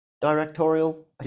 directorial